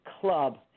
club